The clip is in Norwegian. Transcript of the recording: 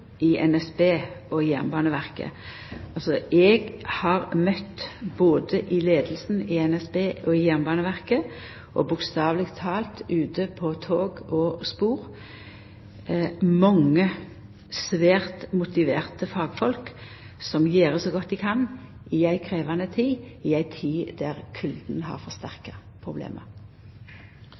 i NSB og Jernbaneverket: Eg har møtt både i leiinga i NSB og i Jernbaneverket – bokstaveleg talt ute på tog og spor – mange svært motiverte fagfolk som gjer så godt dei kan i ei krevjande tid, i ei tid då kulda har forsterka problemet.